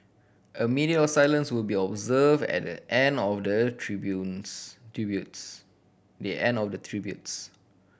a minute of silence will be observed at the end of the tributes tributes the end of the tributes